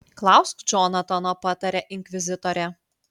klausk džonatano patarė inkvizitorė